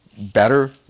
better